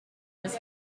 was